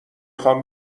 خوام